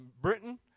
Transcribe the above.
Britain